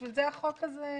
בשביל זה החוק הזה.